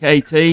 KT